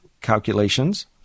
calculations